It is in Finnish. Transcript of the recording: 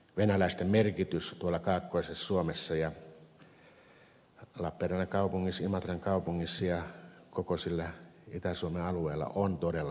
venäläisten merkitys tuolla kaakkoisessa suomessa ja lappeenrannan kaupungissa imatran kaupungissa ja koko sillä itä suomen alueella on todella merkittävä